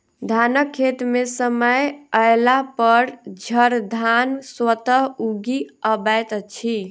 धानक खेत मे समय अयलापर झड़धान स्वतः उगि अबैत अछि